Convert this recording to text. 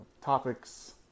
topics